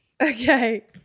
Okay